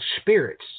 spirits